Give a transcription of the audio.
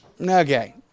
okay